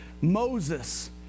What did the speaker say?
Moses